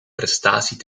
prestatie